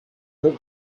have